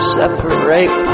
separate